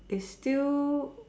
is still